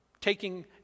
taking